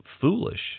foolish